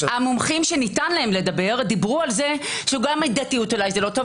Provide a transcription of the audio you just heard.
המומחים שניתן להם לדבר דיברו על זה שגם מידתיות אולי זה לא טוב,